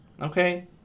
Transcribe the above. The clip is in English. Okay